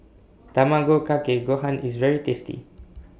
Tamago Kake Gohan IS very tasty